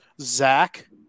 Zach